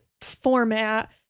format